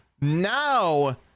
now